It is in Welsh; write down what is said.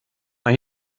mae